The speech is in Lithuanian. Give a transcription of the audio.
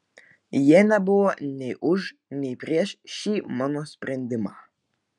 jie nebuvo nei už nei prieš šį mano sprendimą